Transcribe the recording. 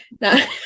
no